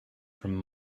from